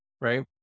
right